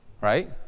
Right